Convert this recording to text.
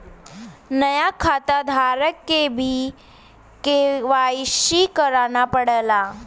नया खाताधारक के भी के.वाई.सी करना पड़ला